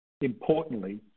Importantly